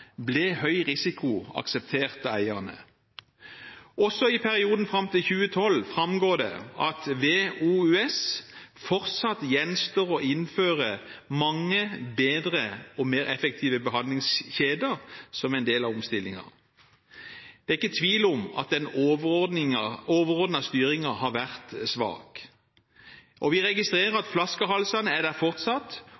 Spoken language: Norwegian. ble høy risiko akseptert av eierne. Også i perioden fram til 2012 framgår det at det ved OUS fortsatt «gjenstår å innføre mange bedre og mer effektive behandlingskjeder som en del av omstillingen». Det er ikke tvil om at den overordnede styringen har vært svak. Vi registrerer